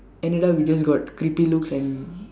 ended up we just got creepy looks and